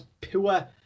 pure